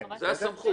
זאת הסמכות.